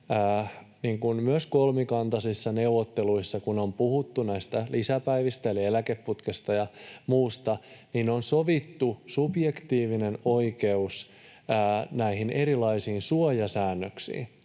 Myös kolmikantaisissa neuvotteluissa, kun on puhuttu näistä lisäpäivistä eli eläkeputkesta ja muusta, on sovittu subjektiivinen oikeus näihin erilaisiin suojasäännöksiin,